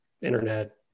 internet